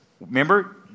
Remember